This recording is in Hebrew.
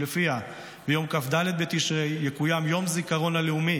שלפיה ביום כ"ד בתשרי יקוים יום הזיכרון הלאומי